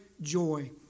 joy